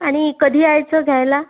आणि कधी यायचं घ्यायला